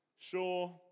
Sure